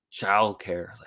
Childcare